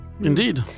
Indeed